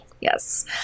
Yes